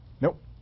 Nope